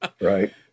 right